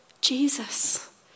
Jesus